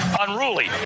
unruly